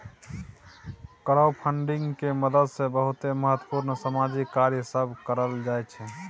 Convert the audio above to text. crowdfunding के मदद से बहुते महत्वपूर्ण सामाजिक कार्य सब करल जाइ छइ